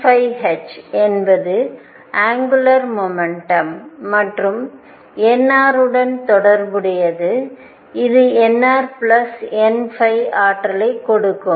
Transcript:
n phi h என்பது angular momentum மற்றும் nr உடன் தொடர்புடையது இது nr plus n phi ஆற்றலைக் கொடுக்கும்